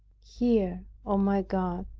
here, o my god,